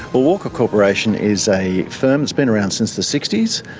but walker corporation is a firm that's been around since the sixty s,